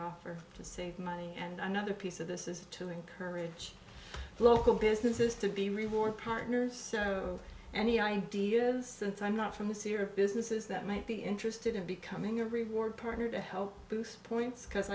offer to save money and another piece of this is to encourage local businesses to be reward partners and the idea since i'm not from the serious business is that might be interested in becoming a reward partner to help points because